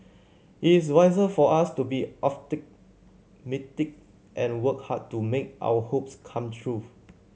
it is wiser for us to be and work hard to make our hopes come true